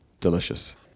delicious